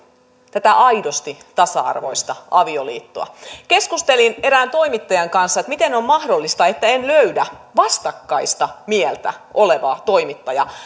tätä aidosti tasa arvoista avioliittoa keskustelin erään toimittajan kanssa että miten on mahdollista että en löydä vastakkaista mieltä olevaa toimittajaa